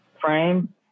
frame